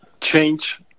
change